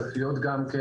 צריך להיות גם כן.